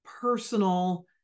personal